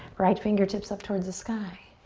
right fingertips up towards the sky.